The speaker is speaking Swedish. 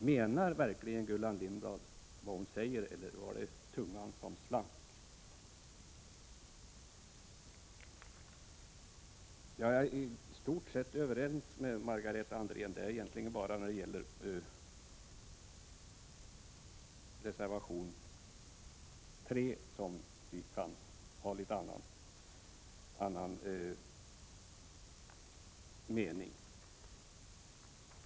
Menar verkligen Gullan Lindblad vad hon säger eller var det tungan som slank? Jag är i stort sett överens med Margareta Andrén. Det är egentligen bara när det gäller reservation 3 som vi kan ha olika meningar.